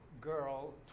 girl